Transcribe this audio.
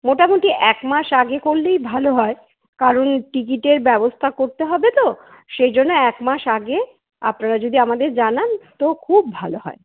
মোটামুটি এক মাস আগে করলেই ভালো হয় কারণ টিকিটের ব্যবস্থা করতে হবে তো সেই জন্য এক মাস আগে আপনারা যদি আমাদের জানান তো খুব ভালো হয়